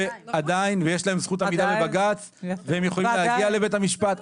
עדיין ויש להם זכות עתירה לבג"צ והם יכולים להגיע לבית המשפט.